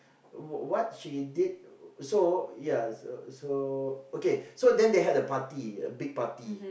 what what she did so ya so so okay so then they had a party a big party